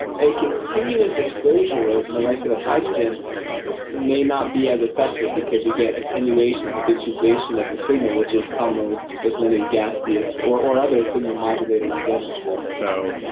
a continuous exposure of molecular hydrogen may not be as effective, because you get attenuation or habituation of the signal, which is common with with many gaseous or or other, signal modulators in general so,